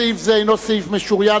סעיף זה אינו סעיף משוריין,